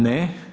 Ne.